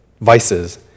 vices